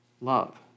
love